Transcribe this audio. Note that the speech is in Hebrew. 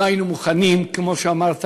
לא היינו מוכנים, כמו שאמרת.